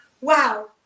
wow